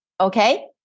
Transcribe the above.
okay